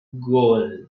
goal